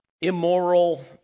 immoral